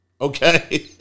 Okay